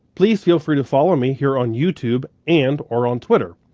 please feel free to follow me here on youtube and or on twitter.